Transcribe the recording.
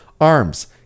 ARMS